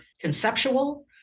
conceptual